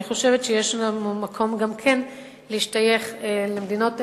אני חושבת שיש מקום גם להשתייך למדינות האלה,